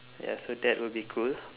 ya so that will be cool